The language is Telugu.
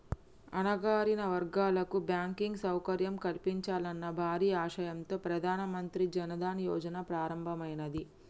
అణగారిన వర్గాలకు బ్యాంకింగ్ సౌకర్యం కల్పించాలన్న భారీ ఆశయంతో ప్రధాన మంత్రి జన్ ధన్ యోజన ప్రారంభమైనాది